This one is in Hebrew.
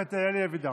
יש שם את אלי אבידר.